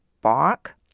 bark